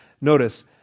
notice